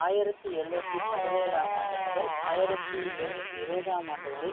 ஆயிரத்தி எழு நூற்றி பதினேழாம் ஆண்டு முதல் ஆயிரத்தி ஏழு நூற்றி இருபதாம் ஆண்டு வரை